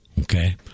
Okay